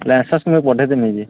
licence ମୁଇଁ ପଠେଇଦେମି ଯେ